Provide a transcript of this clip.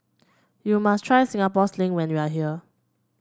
you must try Singapore Sling when you are here